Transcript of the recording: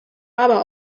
aber